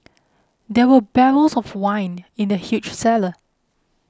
there were barrels of wine in the huge cellar